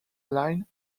line